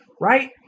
Right